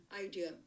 idea